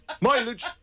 Mileage